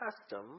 custom